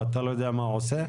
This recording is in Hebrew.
ואתה לא יודע מה הוא עושה?